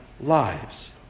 lives